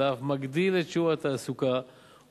אלא אף מגדיל את שיעור התעסוקה ומפחית